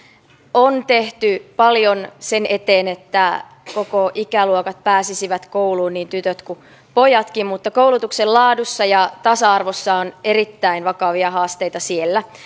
on tehty paljon sen eteen että koko ikäluokat pääsisivät kouluun niin tytöt kuin pojatkin mutta koulutuksen laadussa ja tasa arvossa on erittäin vakavia haasteita siellä